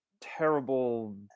terrible